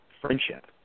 friendship